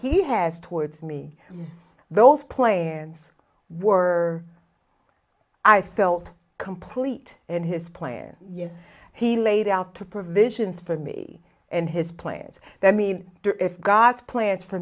he has towards me those plans were i felt complete and his plan he laid out to provisions for me and his plans that mean if god's plans for